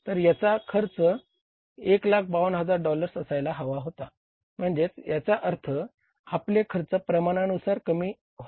तर याचा खर्च 152000 डॉलर्स असायला हवा होता म्हणजे याचा अर्थ आपले खर्च प्रमाणानुसार कमी होत आहेत